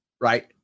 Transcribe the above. right